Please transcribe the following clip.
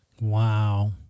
Wow